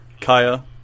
Kaya